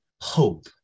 hope